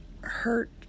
hurt